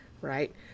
right